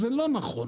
זה לא נכון.